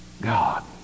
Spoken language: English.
God